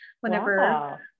whenever